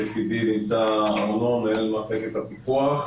לצידי נמצא ארנון, מנהל מחלקת הפיקוח.